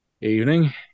Evening